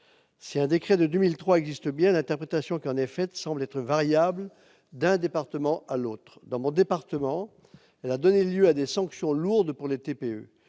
Si un décret de 2003 existe bien, l'interprétation qui en est faite semble varier d'un département à l'autre. Dans mon département, elle a donné lieu à des sanctions lourdes pour les très